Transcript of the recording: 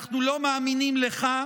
אנחנו לא מאמינים לך.